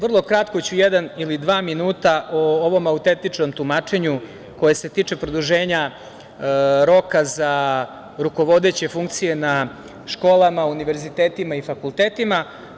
Vrlo kratko ću jedan ili dva minuta o ovom autentičnom tumačenju koje se tiče produženja roka za rukovodeće funkcije na školama, univerzitetima i fakultetima.